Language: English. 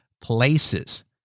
places